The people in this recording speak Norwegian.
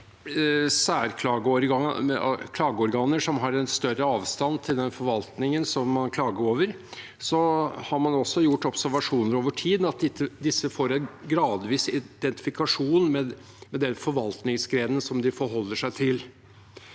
særklageorganer som har en større avstand til den forvaltningen som man klager på, har man også gjort observasjoner over tid av at disse får en gradvis identifikasjon med den forvaltningsgrenen som de forholder seg til.